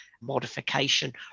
modification